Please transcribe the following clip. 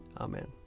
Amen